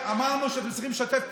כשאמרנו שאתם צריכים לשתף פעולה,